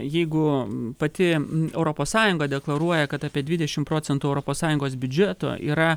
jeigu pati europos sąjunga deklaruoja kad apie dvidešim procentų europos sąjungos biudžeto yra